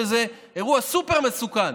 שזה אירוע סופר מסוכן,